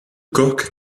cork